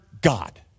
God